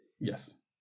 Yes